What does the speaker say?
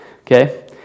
okay